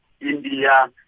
India